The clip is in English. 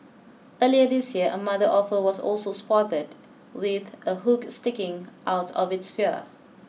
earlier this year a mother offer was also spotted with a hook sticking out of its fear